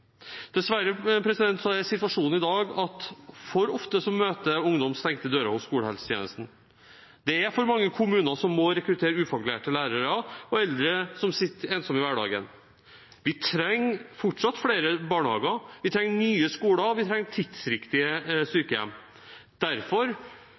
Dessverre er situasjonen i dag at for ofte møter ungdom stengte dører hos skolehelsetjenesten. Det er for mange kommuner som må rekruttere ufaglærte lærere, og for mange eldre sitter ensomme i hverdagen. Vi trenger fortsatt flere barnehager, vi trenger nye skoler, og vi trenger tidsriktige